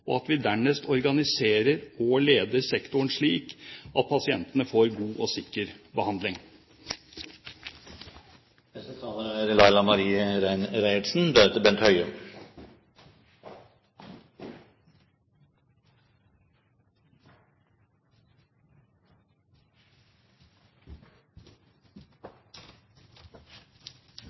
og at vi dernest organiserer og leder sektoren slik at pasientene får god og sikker behandling.